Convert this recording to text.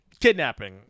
Kidnapping